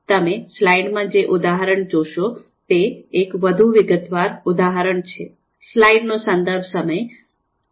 તમે સ્લાઇડમાં જે ઉદાહરણ જોશો તે એક વધુ વિગતવાર ઉદાહરણ છે